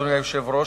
אדוני היושב-ראש,